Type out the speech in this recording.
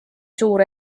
suur